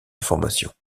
informations